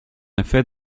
effet